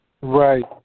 Right